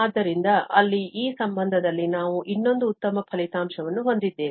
ಆದ್ದರಿಂದ ಅಲ್ಲಿ ಈ ಸಂಬಂಧದಲ್ಲಿ ನಾವು ಇನ್ನೊಂದು ಉತ್ತಮ ಫಲಿತಾಂಶವನ್ನು ಹೊಂದಿದ್ದೇವೆ